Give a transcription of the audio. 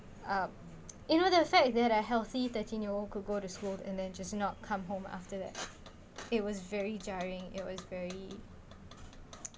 uh you know the fact that are healthy thirteen year old could go to school and then just not come home after that it was very jarring it was very